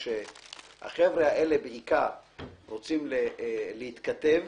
כשהחבר'ה האלה בעיקר רוצים להתכתב,